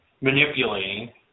manipulating